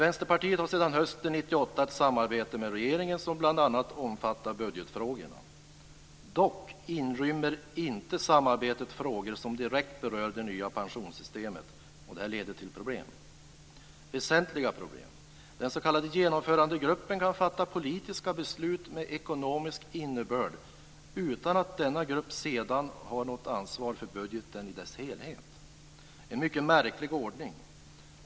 Vänsterpartiet har sedan hösten 1998 ett samarbete med regeringen som bl.a. omfattar budgetfrågorna. Dock inrymmer inte samarbetet frågor som direkt berör det nya pensionssystemet, och det leder till problem, väsentliga problem. Den s.k. Genomförandegruppen kan fatta politiska beslut med ekonomisk innebörd utan att denna grupp sedan har något ansvar för budgeten i dess helhet. Det är en mycket märklig ordning.